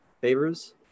Favors